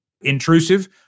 intrusive